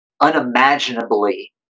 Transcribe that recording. unimaginably